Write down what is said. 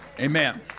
Amen